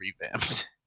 revamped